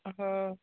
ହଁ